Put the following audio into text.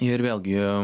ir vėlgi